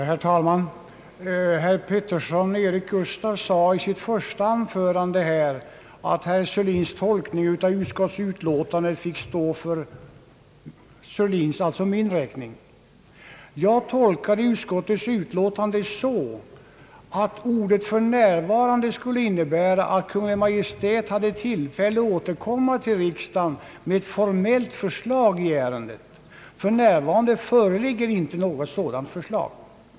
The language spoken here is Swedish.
Herr talman! Herr Eric Gustaf Peterson sade i sitt första anförande att min tolkning av utskottets utlåtande fick stå för min egen räkning. Jag tolkar utskottets utlåtande så att orden »för närvarande» innebär att Kungl. Maj:t har tillfälle återkomma till riksdagen med formellt förslag i ärendet. För närvarande föreligger inte något sådant förslag.